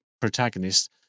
protagonist